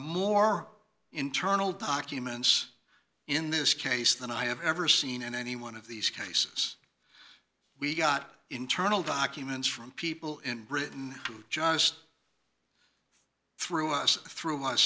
more internal documents in this case than i have ever seen in any one of these cases we got internal documents from people in britain who just threw us through a lot of